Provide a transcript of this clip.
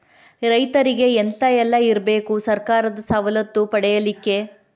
ರೈತರಿಗೆ ಎಂತ ಎಲ್ಲ ಇರ್ಬೇಕು ಸರ್ಕಾರದ ಸವಲತ್ತು ಪಡೆಯಲಿಕ್ಕೆ?